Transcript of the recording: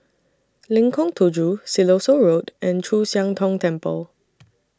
Lengkong Tujuh Siloso Road and Chu Siang Tong Temple